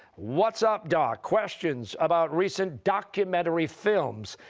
what's up, doc? questions about recent documentary films.